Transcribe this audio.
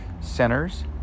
centers